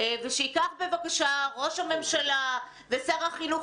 שייקחו בבקשה ראש הממשלה ושר החינוך